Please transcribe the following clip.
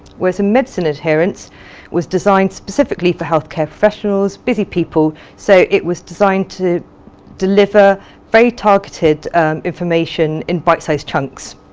whereas medicines adherence was designed specifically for healthcare professionals, busy people, so it was designed to deliver very targeted information in bite-sized chunks.